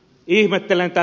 kysyn